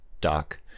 doc